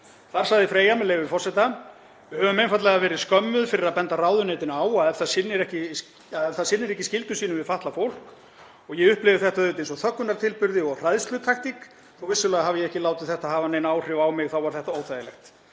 Þar sagði Freyja, með leyfi forseta: „Við höfum einfaldlega verið skömmuð fyrir að benda ráðuneytinu á ef það sinnir ekki skyldum sínum við fatlað fólk […] Ég upplifði þetta auðvitað eins og þöggunartilburði og hræðslutaktík. Þótt vissulega hafi ég ekki látið þetta hafa nein áhrif á mig, þá var þetta óþægilegt.